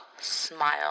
smile